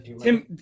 Tim